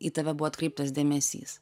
į tave buvo atkreiptas dėmesys